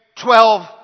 Twelve